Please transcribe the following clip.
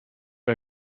bei